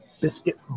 biscuit